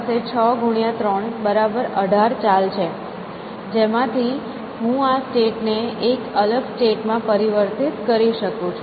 મારી પાસે 6 ગુણ્યા 3 18 ચાલ છે જેનાથી હું આ સ્ટેટ ને એક અલગ સ્ટેટ માં પરિવર્તિત કરી શકું છું